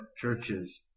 churches